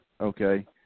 Okay